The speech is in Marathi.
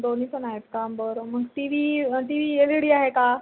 दोन्ही पण आहेत का बरं मग T V T V L E D आहे का